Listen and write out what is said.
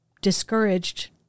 discouraged